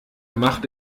macht